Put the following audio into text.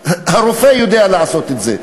והרופא יודע לעשות את זה.